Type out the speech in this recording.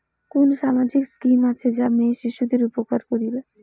কুন সামাজিক স্কিম আছে যা মেয়ে শিশুদের উপকার করিবে?